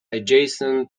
adjacent